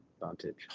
Vantage